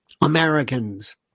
Americans